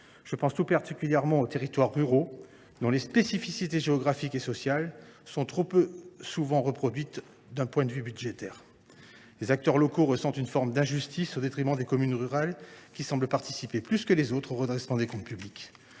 Je pense tout particulièrement aux territoires ruraux, dont les spécificités géographiques et sociales sont trop peu souvent reproduites d’un point de vue budgétaire. Les acteurs locaux ressentent une forme d’injustice au détriment des communes rurales, lesquelles semblent participer davantage que les autres au redressement des comptes publics.